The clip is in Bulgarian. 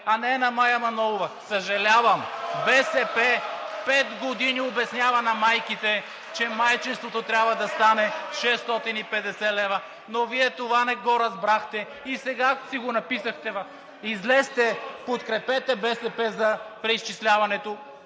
а не на Мая Манолова. (Шум и реплики.) Съжалявам, БСП пет години обяснява на майките, че майчинството трябва да стане 650 лв., но Вие това не го разбрахте и сега си го написахте. Излезте, подкрепете БСП за преизчисляването,